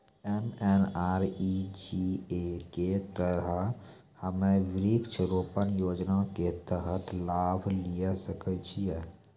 MNREGA के तहत हम्मय वृक्ष रोपण योजना के तहत लाभ लिये सकय छियै?